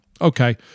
okay